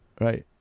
right